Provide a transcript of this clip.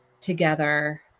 together